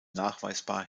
nachweisbar